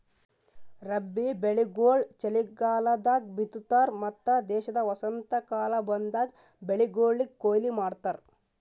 ರಬ್ಬಿ ಬೆಳಿಗೊಳ್ ಚಲಿಗಾಲದಾಗ್ ಬಿತ್ತತಾರ್ ಮತ್ತ ದೇಶದ ವಸಂತಕಾಲ ಬಂದಾಗ್ ಬೆಳಿಗೊಳಿಗ್ ಕೊಯ್ಲಿ ಮಾಡ್ತಾರ್